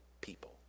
people